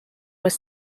was